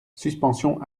suspension